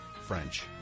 French